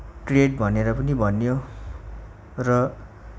trade भनेर पनि भनियो र